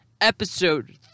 episode